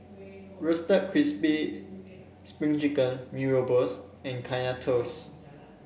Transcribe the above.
Roasted Crispy Spring Chicken Mee Rebus and Kaya Toast